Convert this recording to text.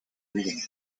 reading